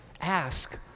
Ask